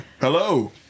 Hello